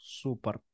super